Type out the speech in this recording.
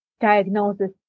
diagnosis